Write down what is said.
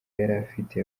yarafite